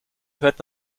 hört